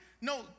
No